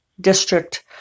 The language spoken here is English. district